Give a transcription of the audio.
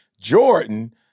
Jordan